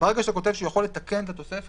שאתה כותב שהוא יכול לתקן את התוספת,